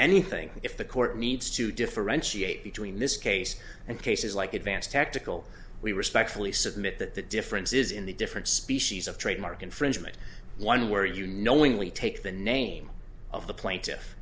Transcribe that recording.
anything if the court needs to differentiate between this case and cases like advanced technical we respectfully submit that the difference is in the different species of trademark infringement one where you knowingly take the name of the plaintiffs